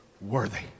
worthy